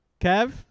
Kev